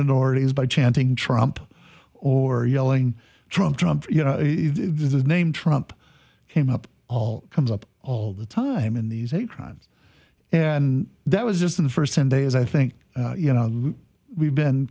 minorities by chanting trump or yelling trump trump you know if his name trump came up all comes up all the time in these hate crimes and that was just in the first ten days i think you know we've been